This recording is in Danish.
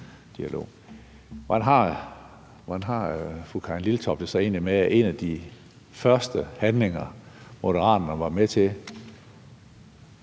Hvordan har fru Karin Liltorp det så egentlig med, at en af de første handlinger, Moderaterne var med til,